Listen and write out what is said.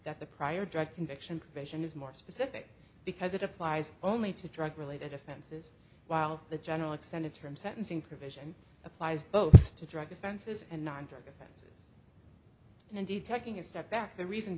that the prior drug conviction question is more specific because it applies only to drug related offenses while the general extended term sentencing provision applies both to drug offenses and non drug and indeed taking a step back the reason